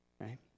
right